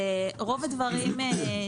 סגן שרת התחבורה והבטיחות בדרכים אורי